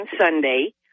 Sunday